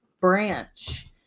branch